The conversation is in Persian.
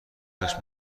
داشت